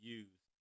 use